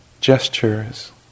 gestures